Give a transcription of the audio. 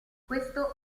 questo